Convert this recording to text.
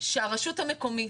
שהרשות המקומית,